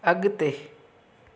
अगि॒ते